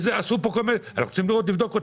אנחנו רוצים לבדוק,